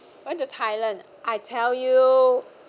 went to thailand I tell you